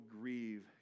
grieve